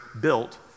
built